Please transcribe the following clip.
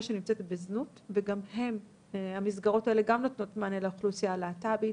שנמצאת בזנות וגם המסגרות האלה נותנות מענה לאוכלוסייה הלהט"בית,